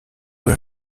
were